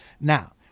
Now